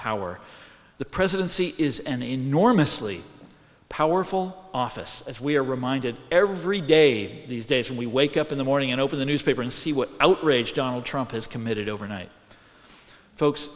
power the presidency is an enormously powerful office as we are reminded every day these days when we wake up in the morning and open the newspaper and see what outraged donald trump has committed over night folks